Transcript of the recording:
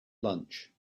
lunch